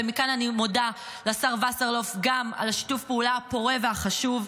ומכאן אני מודה לשר וסרלאוף על שיתוף הפעולה הפורה והחשוב,